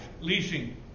leasing